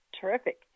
Terrific